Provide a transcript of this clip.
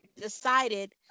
decided